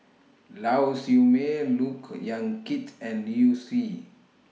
Lau Siew Mei Look Yan Kit and Liu Si